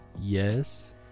Yes